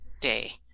day